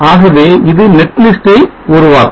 ஆகவே இது netlist ஐ உருவாக்கும்